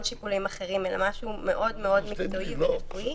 שיקולים אחרים אלא משהו מאוד מאוד מקצועי ורפואי.